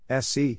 SC